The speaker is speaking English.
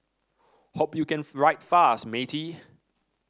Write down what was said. hope you can write fast matey